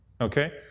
Okay